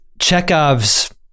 Chekhov's